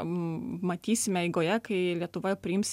matysime eigoje kai lietuva priims